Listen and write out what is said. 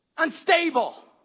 unstable